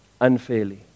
unfairly